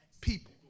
people